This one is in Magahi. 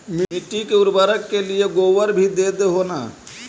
मिट्टी के उर्बरक के लिये गोबर भी दे हो न?